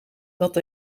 dat